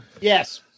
Yes